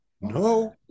No